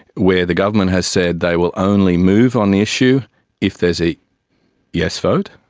where the government has said they will only move on the issue if there is a yes vote.